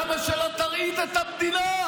למה שלא תרעיד את המדינה?